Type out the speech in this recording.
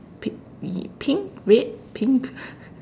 pi~ y~ pink red pink